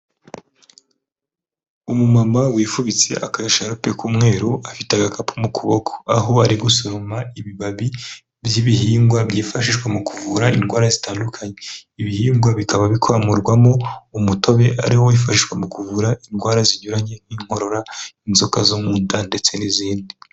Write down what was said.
Umumama wifubitse agasharupe k'umweru, afite agakapu mu kuboko, aho ari gusoroma ibibabi by'ibihingwa byifashishwa mu kuvura indwara zitandukanye, ibihingwa bikaba bikomorwamo umutobe, ariwo wifashishwa mu kuvura indwara zinyuranye nk'inkorora, inzoka zo munda ndetse n'izindi.